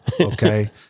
Okay